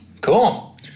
Cool